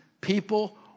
people